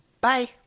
Bye